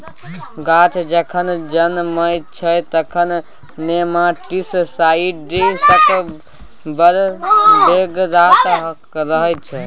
गाछ जखन जनमय छै तखन नेमाटीसाइड्सक बड़ बेगरता रहय छै